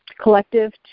collective